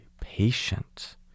patient